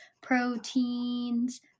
proteins